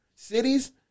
Cities